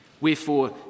Wherefore